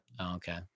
Okay